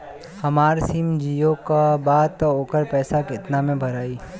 हमार सिम जीओ का बा त ओकर पैसा कितना मे भराई?